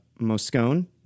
Moscone